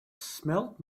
smelled